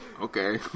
Okay